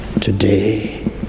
today